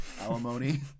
alimony